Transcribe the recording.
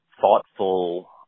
thoughtful